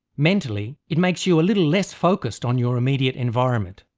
mentally it makes you a little less focused on your immediate environment.